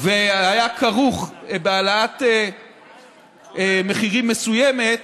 והיה כרוך בהעלאת מחירים מסוימת,